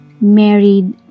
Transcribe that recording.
married